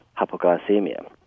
hypoglycemia